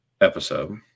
episode